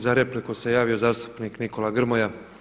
Za repliku se javio zastupnik Nikola Grmoja.